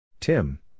Tim